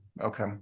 okay